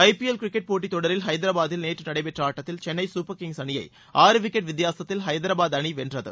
IPL cricket போட்டித் தொடரில் ஹைதராபாத்தில் நேற்று நடைபெற்ற ஆட்டத்தில் சென்னை சூப்பர் கிங்ஸ் அணியை ஆறு விக்கெட் வித்தியாசத்தில் ஹைதராபாத் அணி வென்றது